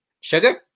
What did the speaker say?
Sugar